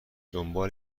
دنبال